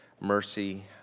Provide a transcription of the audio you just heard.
mercy